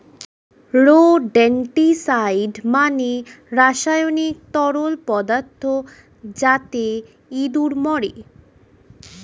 rodenticide মানে রাসায়নিক তরল পদার্থ যাতে ইঁদুর মরে